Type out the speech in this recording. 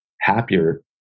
happier